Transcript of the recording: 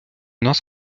нас